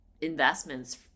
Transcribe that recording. investments